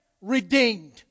Redeemed